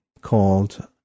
called